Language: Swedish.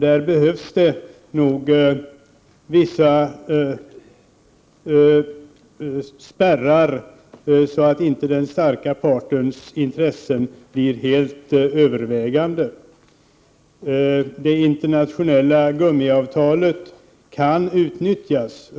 Där behövs det nog vissa spärrar, så att inte den starka partens intressen blir helt övervägande. Det internationella gummiavtalet kan utnyttjas.